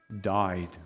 died